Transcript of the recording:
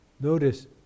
notice